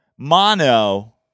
Mono